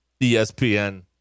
ESPN